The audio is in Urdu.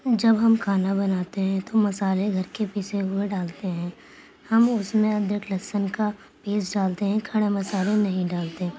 جب ہم کھانا بناتے ہیں تو مسالے گھر کے پسے ہوئے ڈالتے ہیں ہم اس میں ادرک لہسن کا پیسٹ ڈالتے ہیں کھڑا مسالہ نہیں ڈالتے